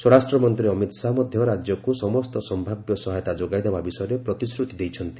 ସ୍ୱରାଷ୍ଟ୍ରମନ୍ତ୍ରୀ ଅମିତ ଶାହା ମଧ୍ୟ ରାଜ୍ୟକୁ ସମସ୍ତ ସମ୍ଭାବ୍ୟ ସହାୟତା ଯୋଗାଇଦେବା ବିଷୟରେ ପ୍ରତିଶ୍ରତି ଦେଇଛନ୍ତି